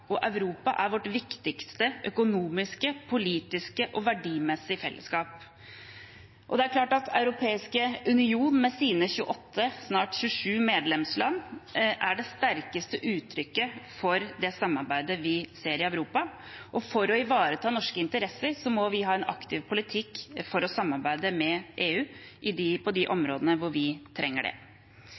og Europa er vårt viktigste økonomiske, politiske og verdimessige fellesskap. Den europeiske union med sine 28 – snart 27 – medlemsland er det sterkeste uttrykket for det samarbeidet vi ser i Europa, og for å ivareta norske interesser må vi ha en aktiv politikk for å samarbeide med EU på de områdene vi trenger det. Til representanten Marthinsen og poengene om den sosiale pilaren vil jeg si at jeg tror det